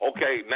Okay